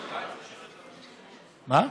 מה?